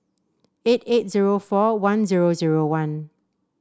eight eight zero four one zero zero one